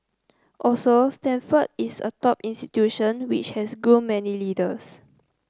also Stanford is a top institution which has groomed many leaders